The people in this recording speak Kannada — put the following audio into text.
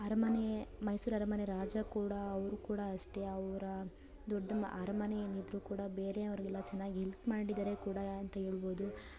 ಅರಮನೆ ಮೈಸೂರು ಅರಮನೆ ರಾಜ ಕೂಡ ಅವ್ರೂ ಕೂಡ ಅಷ್ಟೇ ಅವರ ದೊಡ್ಡ ಅರಮನೆ ಏನಿದ್ದರೂ ಕೂಡ ಬೇರೆಯವ್ರಿಗೆಲ್ಲ ಚೆನ್ನಾಗಿ ಹೆಲ್ಪ್ ಮಾಡಿದ್ದಾರೆ ಕೂಡ ಅಂತ ಹೇಳ್ಬೋದು